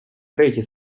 третій